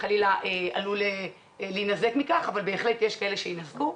חלילה עלול להינזק מכך, בל בהחלט יש כאלה שיינזקו.